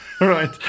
Right